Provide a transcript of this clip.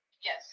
Yes